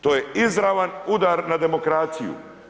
To je izravan udar na demokraciju.